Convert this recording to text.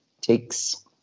takes